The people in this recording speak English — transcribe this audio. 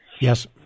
Yes